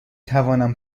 توانم